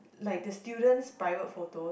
like the students private photos